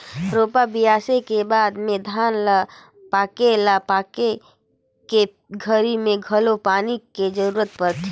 रोपा, बियासी के बाद में धान ल पाके ल पाके के घरी मे घलो पानी के जरूरत परथे